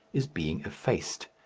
is being effaced.